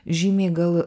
žymiai gal